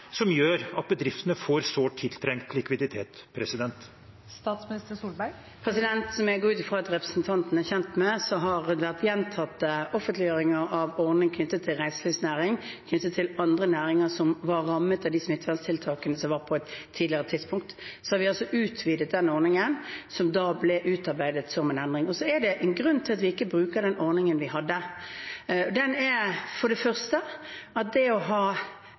som gjør at bedriftene får sårt tiltrengt likviditet? Som jeg går ut ifra at representanten er kjent med, har det vært gjentatte offentliggjøringer av ordninger knyttet til reiselivsnæringen og knyttet til andre næringer som var rammet av de smitteverntiltakene som var på et tidligere tidspunkt. Så har vi altså utvidet den ordningen, som da ble utarbeidet som en endring. Det er en grunn til at vi ikke bruker den ordningen vi hadde. Det å ha etterkontroll – istedenfor forhåndskontroll, som nå blir prinsippet – åpnet for